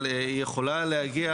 אבל היא יכולה להגיע